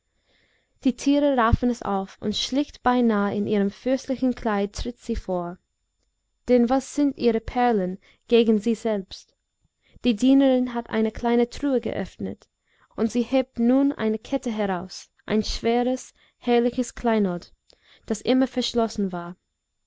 die tiere raffen es auf und schlicht beinah in ihrem fürstlichen kleid tritt sie vor denn was sind ihre perlen gegen sie selbst die dienerin hat eine kleine truhe geöffnet und sie hebt nun eine kette heraus ein schweres herrliches kleinod das immer verschlossen war